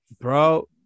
bro